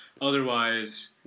Otherwise